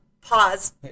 pause